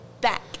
back